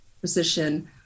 position